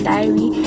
Diary